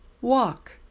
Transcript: Walk